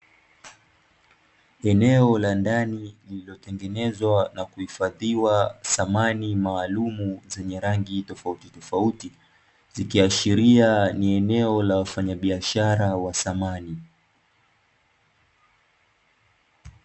Eneo la ndani lililotengenezwa na kuhifadhiwa samani maalumu zenye rangi tofautitofauti, zikiashiria ni eneo la wafanyabiashara wa samani.